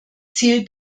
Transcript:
ziel